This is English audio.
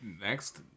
Next